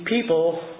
people